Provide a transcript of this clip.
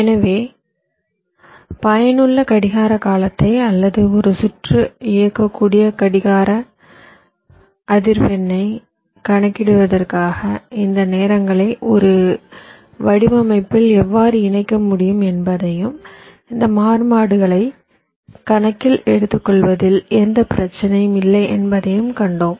எனவே பயனுள்ள கடிகார காலத்தை அல்லது ஒரு சுற்று இயக்கக்கூடிய கடிகார அதிர்வெண்ணைக் கணக்கிடுவதற்காக இந்த நேரங்களை ஒரு வடிவமைப்பில் எவ்வாறு இணைக்க முடியும் என்பதையும் இந்த மாறுபாடுகளை கணக்கில் எடுத்துக்கொள்வதில் எந்த பிரச்சனையும் இல்லை என்பதையும் கண்டோம்